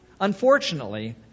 Unfortunately